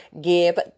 give